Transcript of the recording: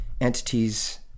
entities